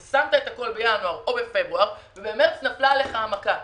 אז שמת את הכול בינואר או בפברואר ובמרץ נפלה עליך המדינה.